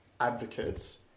advocates